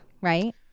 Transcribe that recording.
right